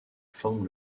forme